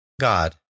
God